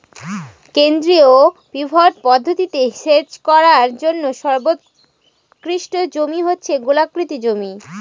কেন্দ্রীয় পিভট পদ্ধতিতে সেচ করার জন্য সর্বোৎকৃষ্ট জমি হচ্ছে গোলাকৃতি জমি